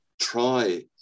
try